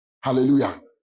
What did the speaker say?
Hallelujah